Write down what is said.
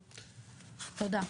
תודה.